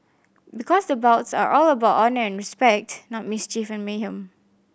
because the bouts are all about honour and respect not mischief and mayhem